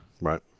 Right